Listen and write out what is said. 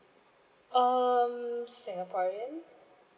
um singapore